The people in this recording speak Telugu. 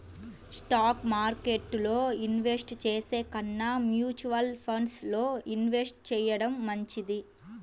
స్టాక్ మార్కెట్టులో ఇన్వెస్ట్ చేసే కన్నా మ్యూచువల్ ఫండ్స్ లో ఇన్వెస్ట్ చెయ్యడం మంచిది